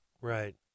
right